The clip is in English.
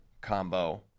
combo